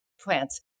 plants